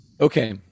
Okay